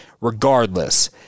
regardless